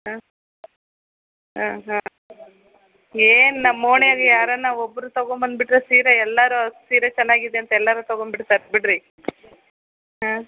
ಹಾಂ ಹಾಂ ಹಾಂ ಏನು ನಮ್ಮ ಓಣಿಯಲ್ಲಿ ಯಾರಾರ ಒಬ್ಬರು ತಗೊಂಡುಬಂದ್ಬಿಟ್ರೆ ಸೀರೆ ಎಲ್ಲರು ಸೀರೆ ಚೆನ್ನಾಗಿದೆ ಅಂತ ಎಲ್ಲರೂ ತಗೊಂಡುಬಿಡ್ತಾರೆ ಬಿಡಿರಿ ಹಾಂ